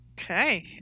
Okay